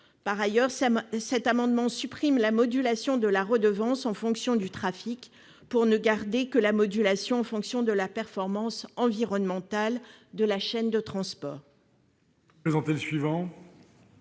En outre, il vise à supprimer la modulation de la redevance en fonction du trafic, pour ne garder que la modulation en fonction de la performance environnementale de la chaîne de transport.